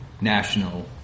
national